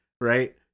right